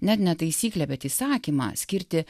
net ne taisyklę bet įsakymą skirti